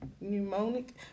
pneumonic